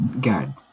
God